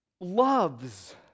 loves